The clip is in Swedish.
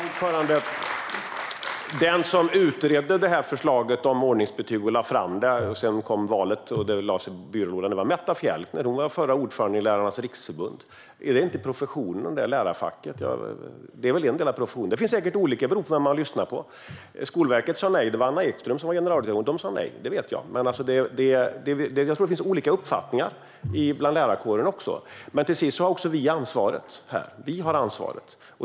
Herr talman! Den som utredde förslaget om ordningsbetyg och lade fram det - sedan kom valet och förslaget lades i byrålådan - var Metta Fjelkner. Hon var den förra ordföranden i Lärarnas Riksförbund. Är det inte professionen? Lärarfacket är väl en del av professionen. Det finns säkert olika uppfattningar beroende på vem man lyssnar på. Skolverket sa nej. Det var Anna Ekström som var generaldirektör, och de sa nej, det vet jag. Men jag tror att det finns olika uppfattningar inom lärarkåren också. Till sist är det vi som har ansvaret.